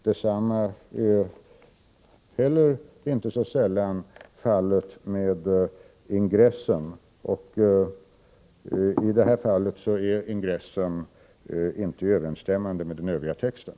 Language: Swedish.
Detsamma är heller inte så sällan förhållandet med ingressen, och i det här fallet är ingressen inte överensstämmande med den övriga texten.